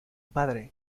padre